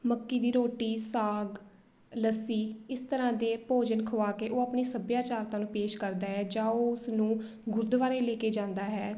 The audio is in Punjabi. ਮੱਕੀ ਦੀ ਰੋਟੀ ਸਾਗ ਲੱਸੀ ਇਸ ਤਰ੍ਹਾਂ ਦੇ ਭੋਜਨ ਖਵਾ ਕੇ ਉਹ ਆਪਣੀ ਸੱਭਿਆਚਾਰਤਾ ਨੂੰ ਪੇਸ਼ ਕਰਦਾ ਹੈ ਜਾਂ ਉਹ ਉਸਨੂੰ ਗੁਰਦੁਆਰੇ ਲੈ ਕੇ ਜਾਂਦਾ ਹੈ